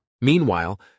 Meanwhile